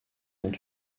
ont